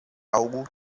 algo